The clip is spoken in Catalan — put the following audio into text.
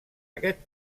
aquest